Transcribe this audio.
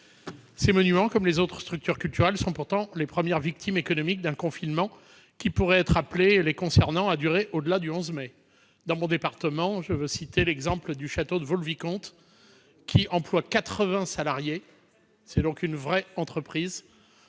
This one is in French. Ces monuments, comme les autres structures culturelles, sont pourtant les premières victimes économiques d'un confinement qui pourrait être appelé, les concernant, à durer au-delà du 11 mai. Dans mon département, je veux citer l'exemple du château de Vaux-le-Vicomte, qui emploie quatre-vingts salariés- c'est donc une vraie entreprise